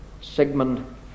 Sigmund